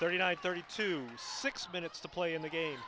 thirty nine thirty to six minutes to play in the game